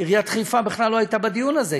עיריית חיפה בכלל לא הייתה בדיון הזה,